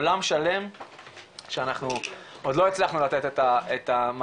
עולם שלם שאנחנו עוד לא הצלחנו לתת את המענים